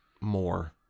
more